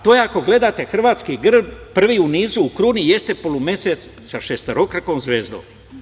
To je ako gledate hrvatski grb, prvi u nizu u kruni jeste polumesec sa šestokrakom zvezdom.